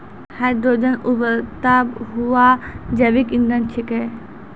hydrogen उभरता हुआ जैविक इंधन छिकै